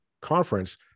conference